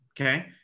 okay